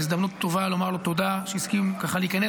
זו הזדמנות טובה לומר לו תודה שהסכים ככה להיכנס